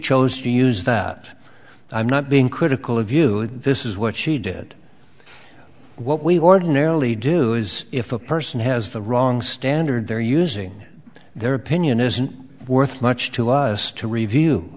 chose to use that i'm not being critical of you and this is what she did what we ordinarily do is if a person has the wrong standard they're using their opinion isn't worth much to us to review